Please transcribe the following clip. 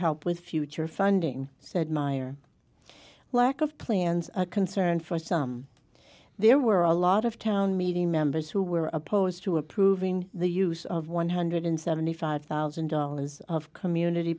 help with future funding said meyer lack of plans a concern for some there were a lot of town meeting members who were opposed to approving the use of one hundred seventy five thousand dollars of community